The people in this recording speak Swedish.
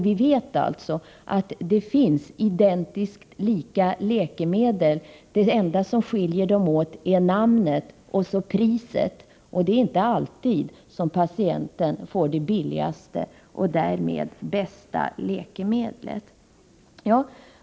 Vi vet att det finns identiskt lika läkemedel, som skiljs åt endast av namnet och priset. Patienten får inte alltid det billigaste och därmed bästa läkemedlet.